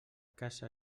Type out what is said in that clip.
casa